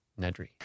Nedry